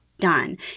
done